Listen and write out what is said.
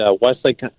Westlake